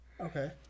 okay